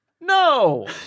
No